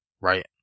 right